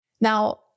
Now